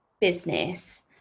business